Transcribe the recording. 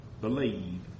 believe